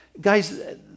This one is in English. Guys